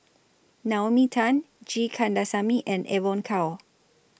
Naomi Tan G Kandasamy and Evon Kow